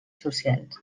socials